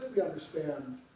understand